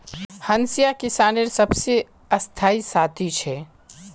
हंसिया किसानेर सबसे स्थाई साथी छे